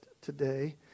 today